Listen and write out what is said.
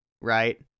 right